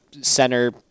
center